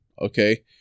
Okay